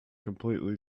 completely